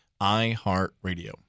iHeartRadio